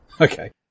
okay